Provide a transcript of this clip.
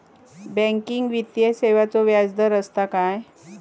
Banking वित्तीय सेवाचो व्याजदर असता काय?